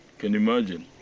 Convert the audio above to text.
can imagine.